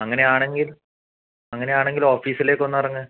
അങ്ങനെയാണെങ്കിൽ അങ്ങനെയാണെങ്കിൽ ഓഫീസിലേക്കൊന്നിറങ്ങ്